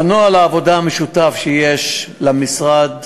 בנוהל העבודה המשותף שיש למשרד,